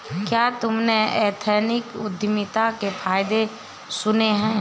क्या तुमने एथनिक उद्यमिता के फायदे सुने हैं?